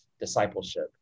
discipleship